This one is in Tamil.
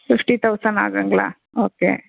ஃபிஃப்ட்டி தௌசண்ட் ஆகுங்களா ஓகே